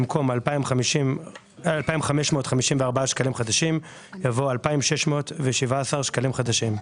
במקום "2,554 שקלים חדשים" יבוא "2,617 שקלים חדשים".